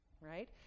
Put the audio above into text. right